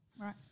Right